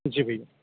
जी भैया